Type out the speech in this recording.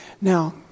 Now